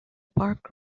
park